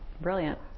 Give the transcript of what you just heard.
brilliant